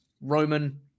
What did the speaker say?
Roman